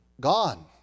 Gone